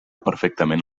perfectament